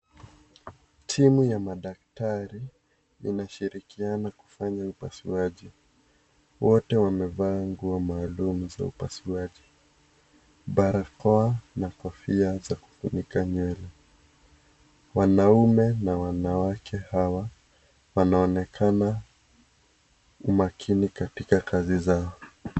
Timu ya madaktari inashirikiana kufanya upasuaji, wote wamevaa nguo maalum za upasuaj barakoa na kofia za kufunika nywele. Wanaume na wanawake hawa wanaonakana kumakinika katika kazi zao.